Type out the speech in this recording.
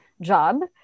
job